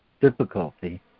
difficulty